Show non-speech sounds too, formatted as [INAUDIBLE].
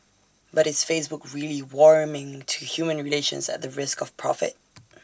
but it's Facebook really warming to human relations at the risk of profit [NOISE]